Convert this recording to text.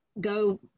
go